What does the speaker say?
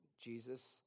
Jesus